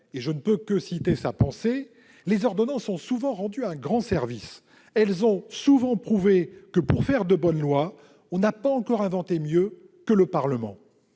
je ne peux que citer sa pensée -, les ordonnances ont souvent « rendu un [...] grand service : [elles ont] prouvé que [...], pour faire de bonnes lois, on n'a pas encore inventé mieux que le Parlement.